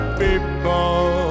people